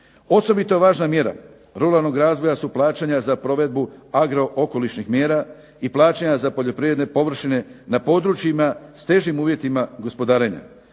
Osobito važna mjera ruralnog razvoja su plaćanja za provedbu agro-okolišnih mjera i plaćanja za poljoprivredne površine na područjima s težim uvjetima gospodarenjima.